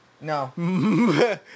No